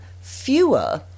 fewer